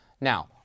Now